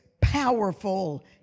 powerful